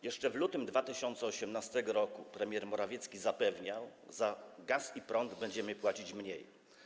Jeszcze w lutym 2018 r. premier Morawiecki zapewniał, że za gaz i prąd będziemy płacić mniej.